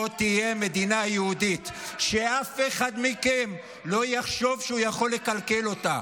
פה תהיה מדינה יהודית שאף אחד מכם לא יחשוב שהוא יכול לקלקל אותה.